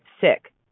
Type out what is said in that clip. sick